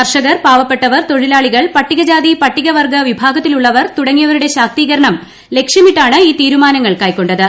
കർഷകർ പാവപ്പെട്ടവർ തൊഴിലാളികൾ പട്ടികജാതി പട്ടികവർഗവിഭാഗത്തിലുള്ളവർതുടങ്ങിയവരുടെശാക്തീകരണംലക്ഷ്യമി ട്ടാണ് ഈ തീരുമാനങ്ങൾ കൈക്കൊണ്ടത്